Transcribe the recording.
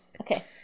Okay